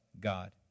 God